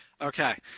Okay